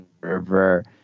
river